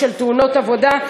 גם קובע שאי-קיום צו הפסקת עבודה,